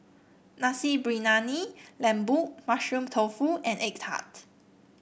Nasi Briyani Lembu Mushroom Tofu and egg tart